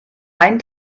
einen